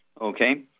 Okay